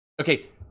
Okay